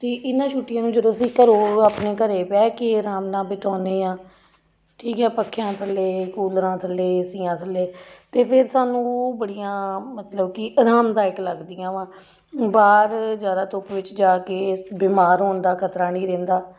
ਅਤੇ ਇਹਨਾਂ ਛੁੱਟੀਆਂ ਨੂੰ ਜਦੋਂ ਅਸੀਂ ਘਰੋਂ ਆਪਣੇ ਘਰ ਬਹਿ ਕੇ ਆਰਾਮ ਨਾਲ਼ ਬਿਤਾਉਂਦੇ ਹਾਂ ਠੀਕ ਹੈ ਪੱਖਿਆਂ ਥੱਲੇ ਕੂਲਰਾਂ ਥੱਲੇ ਏਸੀਆਂ ਥੱਲੇ ਅਤੇ ਫਿਰ ਸਾਨੂੰ ਬੜੀਆਂ ਮਤਲਬ ਕਿ ਆਰਾਮਦਾਇਕ ਲੱਗਦੀਆਂ ਵਾ ਬਾਹਰ ਜ਼ਿਆਦਾ ਧੁੱਪ ਵਿੱਚ ਜਾ ਕੇ ਬਿਮਾਰ ਹੋਣ ਦਾ ਖਤਰਾ ਨਹੀਂ ਰਹਿੰਦਾ